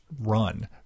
run